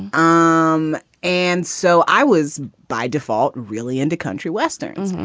um and so i was by default really into country westerns.